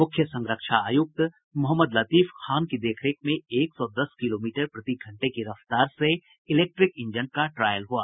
मुख्य संरक्षा आयुक्त मोहम्मद लतीफ खान की देखरेख में एक सौ दस किलोमीटर प्रतिघंटे की रफ्तार से इलेक्ट्रिक इंजन का ट्रायल हुआ